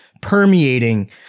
permeating